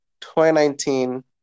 2019